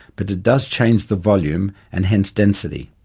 but it does change the volume and hence density.